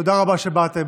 תודה רבה שבאתם.